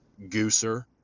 gooser